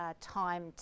time